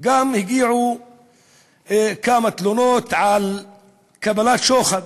הגיעו כמה תלונות על קבלת שוחד.